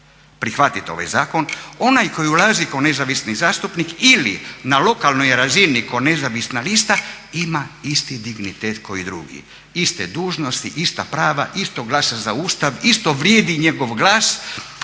prihvatiti ovaj zakon. Onaj koji ulazi kao nezavisni zastupnik ili na lokalnoj razini ko nezavisna lista ima isti dignitet kako i drugi, iste dužnosti, ista prava, isto glasa za Ustav, isto vrijedi njegov glas,